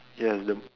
yes the